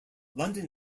london